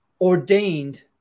ordained